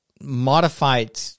modified